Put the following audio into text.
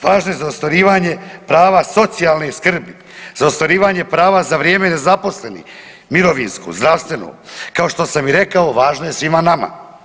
Važno je za ostvarivanje prava socijalne skrbi, za ostvarivanje prava za vrijeme nezaposlenih, mirovinsko, zdravstveno, kao što i rekao važno svima nama.